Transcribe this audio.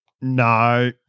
No